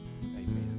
Amen